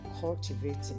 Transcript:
cultivating